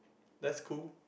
that's cool